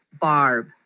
Barb